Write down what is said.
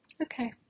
okay